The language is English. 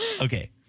okay